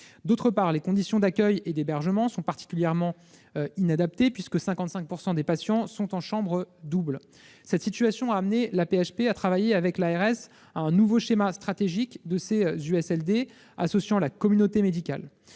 ailleurs, les conditions d'accueil et d'hébergement sont particulièrement inadaptées, puisque 55 % des patients sont en chambre double. Cette situation a amené l'AP-HP à travailler avec l'ARS à un nouveau schéma stratégique de ces USLD, associant la communauté médicale.